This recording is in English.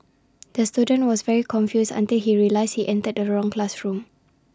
the student was very confused until he realised he entered the wrong classroom